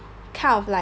kind of like